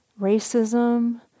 racism